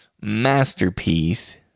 masterpiece